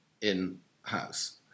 in-house